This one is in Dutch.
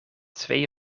twee